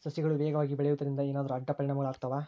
ಸಸಿಗಳು ವೇಗವಾಗಿ ಬೆಳೆಯುವದರಿಂದ ಏನಾದರೂ ಅಡ್ಡ ಪರಿಣಾಮಗಳು ಆಗ್ತವಾ?